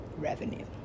revenue